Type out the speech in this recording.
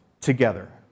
together